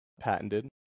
patented